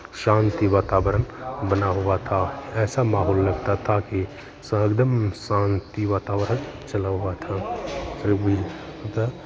शान्ति वातावरण बना हुआ था ऐसा माहौल लगता था की हरदम शान्ति वातावरण चला हुआ था फिर भी